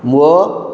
ମୋ